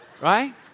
Right